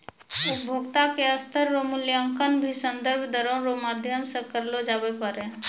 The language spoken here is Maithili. उपभोक्ता के स्तर रो मूल्यांकन भी संदर्भ दरो रो माध्यम से करलो जाबै पारै